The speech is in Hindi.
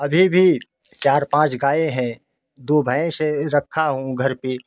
अभी भी चार पाँच गाय हैं दो भैंस है रखा हूँ घर पे